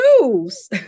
news